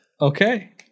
Okay